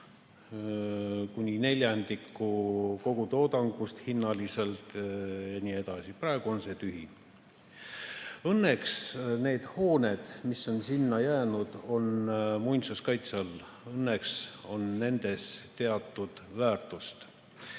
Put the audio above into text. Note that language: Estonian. kuni neljandik Eesti kogutoodangust – hinnanguliselt –, ja nii edasi. Praegu on kõik tühi. Õnneks need hooned, mis on sinna jäänud, on muinsuskaitse all. Õnneks nähakse nendes teatud väärtust.